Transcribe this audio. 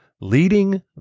leading